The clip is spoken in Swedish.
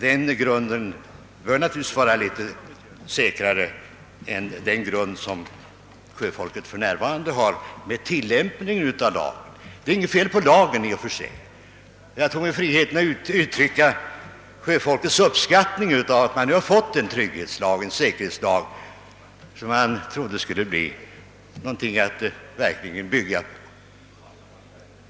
Denna grund bör naturligtvis vara litet säkrare än den som sjöfolket för närvarande har — med tiltämpning av lagen. Det är inte något fel på lagen i och för sig. Jag tog mig friheten att uttrycka sjöfolkets uppskattning av att nu ha fått en säkerhetslag, som man trodde skulle bli någonting att verkligen bygga på.